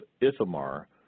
Ithamar